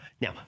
now